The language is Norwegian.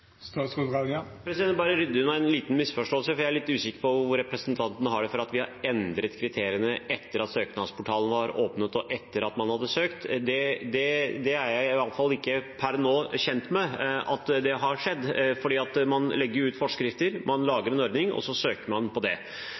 bare rydde unna en liten misforståelse, for jeg er litt usikker på hvor representanten har det fra at vi har endret kriteriene etter at søknadsportalen var åpnet, og etter at man hadde søkt. Det er jeg i alle fall ikke per nå kjent med at har skjedd, for man legger jo ut forskrifter, man lager en ordning, og så søker man på det.